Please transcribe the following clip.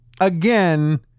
again